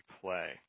play